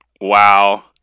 wow